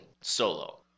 solo